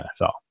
NFL